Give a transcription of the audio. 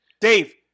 Dave